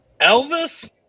Elvis